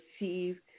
receive